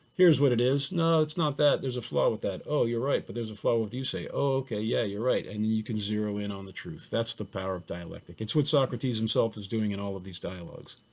here's what it is. no, it's not that there's a flaw with that. oh, you're right. but there's a flaw with you say. oh, okay. yeah, you're right. and you can zero in on the truth. that's the power of dialectic. it's what socrates himself is doing in all of these dialogues.